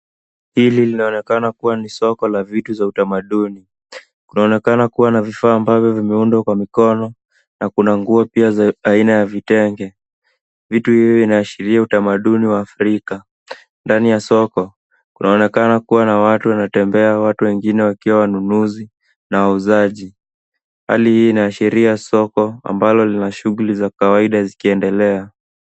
Hili linaonekana kuwa ni soko la vitu za utamaduni. Kunaonekana kuwa na vifaa ambavyo vimeundwa kwa mikono, na kuna nguo pia za aina ya vitenge. Vitu hivi vinaashiria utamaduni wa Afrika. Ndani ya soko, kunaonekana kuwa na watu wanatembea, watu wengine wakiwa wanunuzi na wauzaji. Hali hii inaashiria soko, ambalo lina shughuli za kawaida zikiendelea.